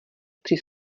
při